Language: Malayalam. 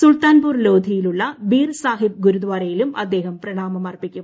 സുൽത്താൻപൂർ ലോധിയിലുള്ള ബീർസാഹിബ് ഗുരുദാരയിലും അദ്ദേഹം പ്രണാമം അർപ്പിക്കും